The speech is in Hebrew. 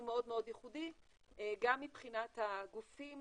שהוא מאוד מאוד ייחודי גם מבחינת הגופים